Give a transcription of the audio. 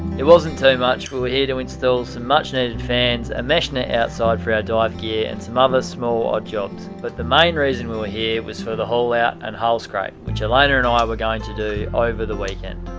it wasn't much. we were here to instal some much needed fans, a mesh net outside for our dive gear, and some other small odd jobs, but the main reason we were here was for the haul out and hull scrape, which elayna and i were going to do over the weekend.